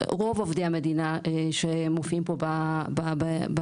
רוב עובדי המדינה שמופיעים פה בשקף,